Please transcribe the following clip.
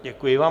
Děkuji vám.